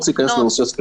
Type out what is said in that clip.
לקנוס.